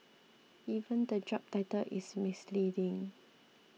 even the job title is misleading